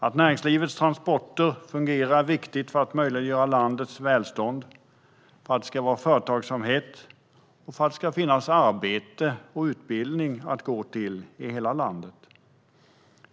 Att näringslivets transporter fungerar är viktigt för att möjliggöra landets välstånd och för att det ska finnas företagsamhet, arbete och utbildning i hela landet.